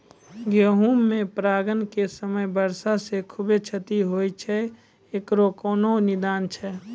गेहूँ मे परागण के समय वर्षा से खुबे क्षति होय छैय इकरो कोनो निदान छै?